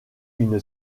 une